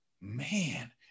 man